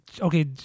Okay